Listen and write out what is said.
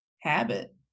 habit